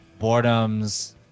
Boredoms